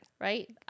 right